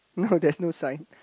no there's no sign